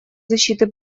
защиты